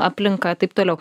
aplinka taip toliau